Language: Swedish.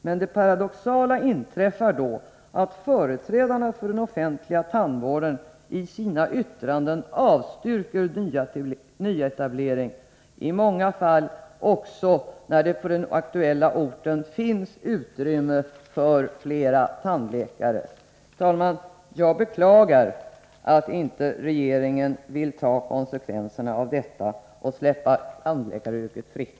Men det paradoxala inträffar då företrädarna för den offentliga tandvården i sina yttranden avstyrker nyetablering, i många fall också när det på den aktuella orten finns utrymme för flera tandläkare. Herr talman! Jag beklagar att inte regeringen vill ta konsekvenserna av detta och släppa tandläkaryrket fritt.